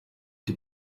die